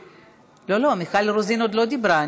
לא, מיכל רוזין עוד לא דיברה.